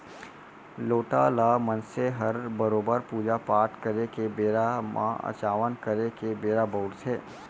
लोटा ल मनसे हर बरोबर पूजा पाट करे के बेरा म अचावन करे के बेरा बउरथे